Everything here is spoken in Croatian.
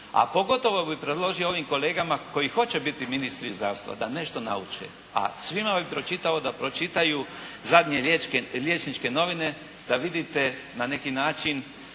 A pogotovo bi predložio ovim kolegama koji hoće biti ministri zdravstva da nešto nauče. A svima bi pročitao da pročitaju zadnje liječničke novine da vidite na neki način